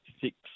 six